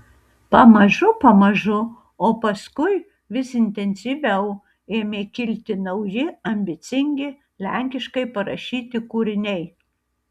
pamažu pamažu o paskui vis intensyviau ėmė kilti nauji ambicingi lenkiškai parašyti kūriniai